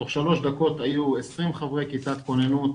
תוך שלוש דקות היו 20 חברי כיתת כוננות,